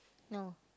no